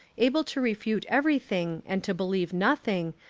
able to refute everything and to believe nothing,